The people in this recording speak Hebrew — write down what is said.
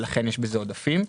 ולכן יש בזה עודפים.